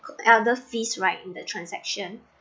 other fees right in the transaction